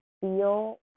feel